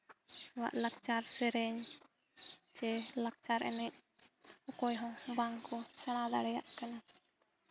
ᱟᱵᱚᱣᱟᱜ ᱞᱟᱠᱪᱟᱨ ᱥᱮᱨᱮᱧ ᱪᱮ ᱞᱟᱠᱪᱟᱨ ᱮᱱᱮᱡ ᱚᱠᱚᱭ ᱦᱚᱸ ᱵᱟᱝ ᱠᱚ ᱥᱮᱬᱟ ᱫᱟᱲᱮᱭᱟᱜ ᱠᱟᱱᱟ